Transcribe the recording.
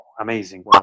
amazing